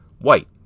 White